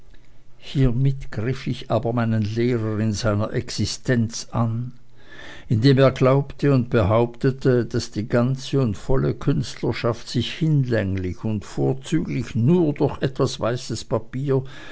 hiemit griff ich aber meinen lehrer in seiner existenz an indem er glaubte und behauptete daß die ganze und volle künstlerschaft sich hinlänglich und vorzüglich nur durch etwas weißes papier